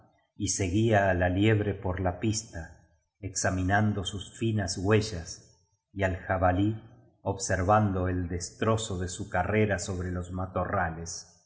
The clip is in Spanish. y seguía á la liebre por la pista examinando sus finas huellas y al jabalí observando el destrozo de su carrera sobre los matorrales